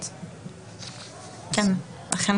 אכן כן.